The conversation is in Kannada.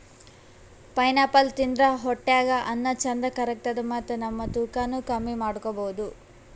ಪೈನಾಪಲ್ ತಿಂದ್ರ್ ಹೊಟ್ಟ್ಯಾಗ್ ಅನ್ನಾ ಚಂದ್ ಕರ್ಗತದ್ ಮತ್ತ್ ನಮ್ ತೂಕಾನೂ ಕಮ್ಮಿ ಮಾಡ್ಕೊಬಹುದ್